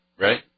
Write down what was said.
Right